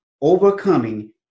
Overcoming